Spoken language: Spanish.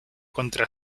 contra